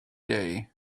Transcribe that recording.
day